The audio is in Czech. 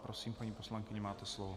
Prosím, paní poslankyně, máte slovo.